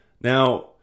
Now